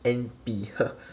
N_P !huh!